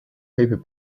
paper